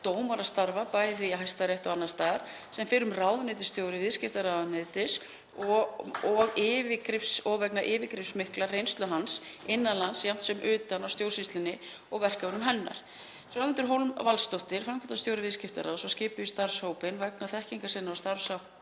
dómarastarfa bæði í Hæstarétti og annars staðar, sem fyrrum ráðuneytisstjóra viðskiptaráðuneytis og vegna yfirgripsmikillar reynslu hans innan lands jafnt sem utan af stjórnsýslunni og verkefnum hennar. Svanhildur Hólm Valsdóttir, framkvæmdastjóri Viðskiptaráðs, var skipuð í starfshópinn vegna þekkingar sinnar á starfsháttum